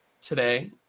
Today